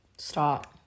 stop